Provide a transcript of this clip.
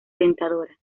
tentadora